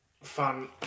fun